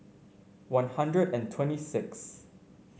One Hundred and twenty six